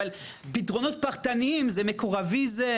אבל פתרונות פרטניים זה מקורביזם,